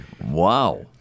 wow